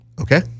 Okay